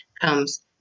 comes